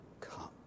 come